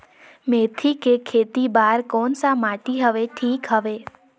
मेथी के खेती बार कोन सा माटी हवे ठीक हवे?